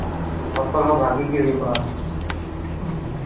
ᱯᱷᱚᱥᱚᱞ ᱦᱚᱸ ᱵᱷᱟᱜᱮ ᱜᱮ ᱦᱩᱭᱩᱜᱼᱟ